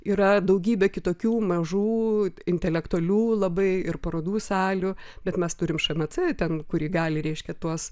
yra daugybė kitokių mažų intelektualių labai ir parodų salių bet mes turime šmc ten kur ji gali reiškia tuos